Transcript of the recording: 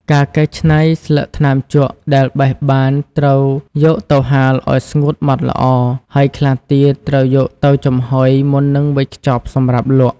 ការកែច្នៃ ស្លឹកថ្នាំជក់ដែលបេះបានត្រូវយកទៅហាលឱ្យស្ងួតហ្មត់ល្អ ហើយខ្លះទៀតត្រូវយកទៅចំហុយមុននឹងវេចខ្ចប់សម្រាប់លក់។